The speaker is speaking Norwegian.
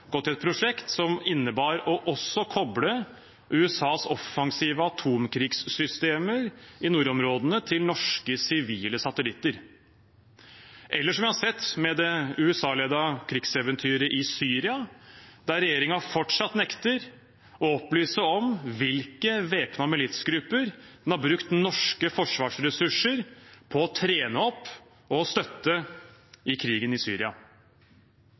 gå til et prosjekt som innebar også å koble USAs offensive atomkrigssystemer i nordområdene til norske sivile satellitter, eller som vi har sett med det USA-ledede krigseventyret i Syria, der regjeringen fortsatt nekter å opplyse om hvilke væpnede militsgrupper en har brukt norske forsvarsressurser til å trene opp og støtte i krigen i Syria.